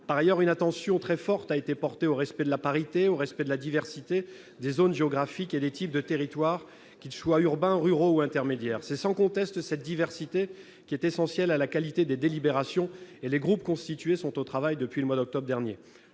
Par ailleurs, une attention très forte a été portée au respect de la parité, ainsi que de la diversité des zones géographiques et des types de territoire- territoires urbains, ruraux ou intermédiaires. Sans conteste, cette diversité est essentielle à la qualité des délibérations des six groupes qui travaillent depuis le mois d'octobre dernier.